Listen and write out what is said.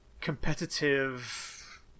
competitive